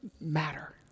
matter